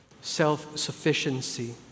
self-sufficiency